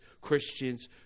Christians